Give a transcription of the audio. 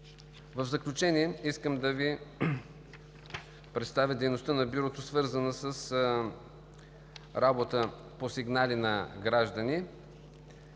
В заключение, искам да Ви представя дейността на Бюрото, свързана с работа по сигнали на граждани.